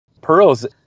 Pearls